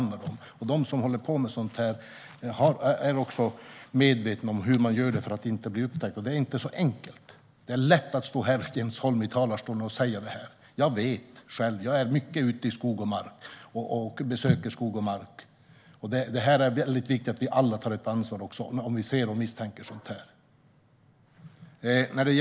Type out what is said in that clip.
De illegala jägarna är också medvetna om hur man gör för att inte bli upptäckt. Det är inte så enkelt. Det är lätt att stå i talarstolen och prata om det här, Jens Holm. Jag vet själv. Jag är mycket ute i skog och mark. Det är viktigt att vi alla tar ett ansvar om vi ser eller misstänker ett jaktbrott.